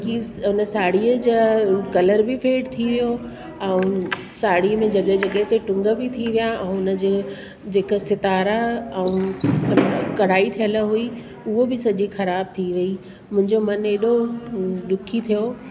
कि उन साड़ीअ जा कलर बि फेड थी वियो ऐं साड़ी में जॻह जॻह ते टूंग बि थी विया ऐं हुन जे जेका सितारा ऐं कढ़ाई थियलु हुई उहो बि सॼी ख़राबु थी वई मुंहिंजो मनु एॾो ॾुखी थियो